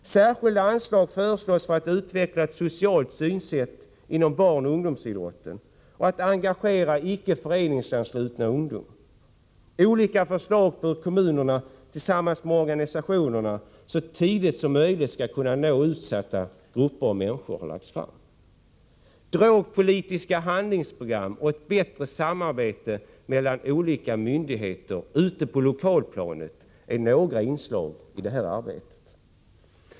Särskilda anslag föreslås för att utveckla ett socialt synsätt inom barnoch ungdomsidrotten och för att engagera icke-föreningsansluten ungdom. Olika förslag på hur kommunerna tillsammans med organisationerna så tidigt som möjligt skall kunna nå utsatta grupper och människor har lagts fram. Drogpolitiska handlingsprogram och en bättre samverkan mellan olika myndigheter ute på det lokala planet är några inslag i detta arbete.